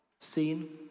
Seen